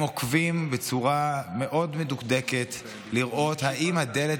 הם עוקבים בצורה מאוד מדוקדקת לראות אם הדלת